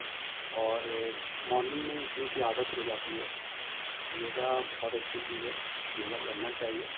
اور مارننگ میں اٹھنے کی عادت ہو جاتی ہے یوگا بہت اچھی چیز ہے یوگا کرنا چاہیے